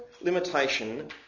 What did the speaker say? limitation